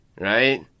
right